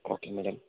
okay madam